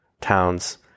towns